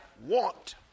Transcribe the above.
want